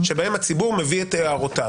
שבהם הציבור מביא את הערותיו.